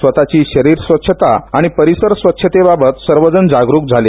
स्वतःची शरीर स्वच्छता आणि परीसर स्वच्छतेबाबत सर्वजण जागृत झाले